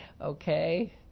Okay